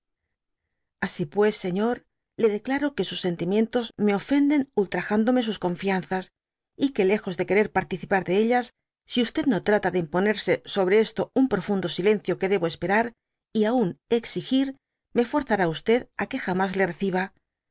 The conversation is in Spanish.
asi pus señor le deolaro que sus sentimientos me ofenden ultrajándome sus confianzas y que lejos de querer participar de ellas si o no trata de impon'erse sobre esto un profundo silencio que debo esperar y aun exigir me forasará á que jamas e reciba